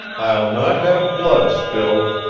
i'll not have blood spilled,